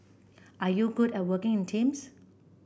are you good at working in teams